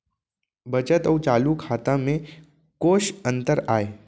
बचत अऊ चालू खाता में कोस अंतर आय?